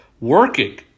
working